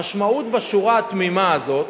המשמעות בשורה התמימה הזאת,